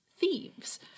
thieves